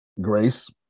Grace